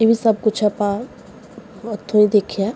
ਇਹ ਵੀ ਸਭ ਕੁਝ ਆਪਾਂ ਉੱਥੋਂ ਹੀ ਦੇਖਿਆ